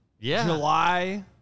July